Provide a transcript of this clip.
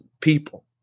people